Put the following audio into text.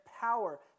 power